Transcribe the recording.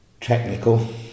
technical